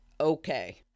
okay